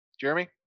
Jeremy